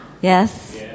Yes